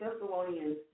Thessalonians